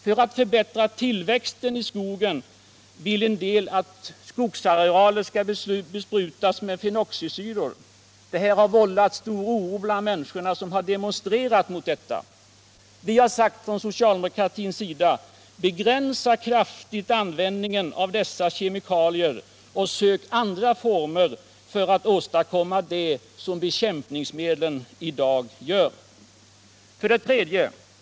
För att förbättra tillväxten i skogen vill en del att skogsarealer skall besprutas med fenoxisyror. Den flygbesprutningen har vållat oro bland många människor, som har demonstrerat mot den. Vi har sagt på socialdemokratiskt håll: Bekämpa kraftigt användningen av dessa kemikalier och sök utveckla andra former för att åstadkomma det som bekämpningsmedlen i dag gör! 3.